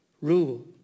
rule